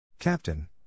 Captain